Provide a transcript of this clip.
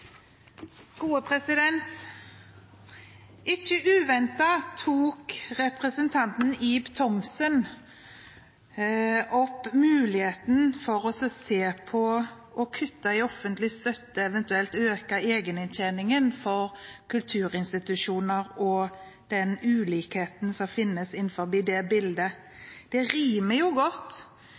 Ikke uventet tok representanten Ib Thomsen opp muligheten for å se på å kutte i offentlig støtte, eventuelt øke egeninntjeningen, for kulturinstitusjoner, og den ulikheten som finnes innenfor det bildet. Det rimer godt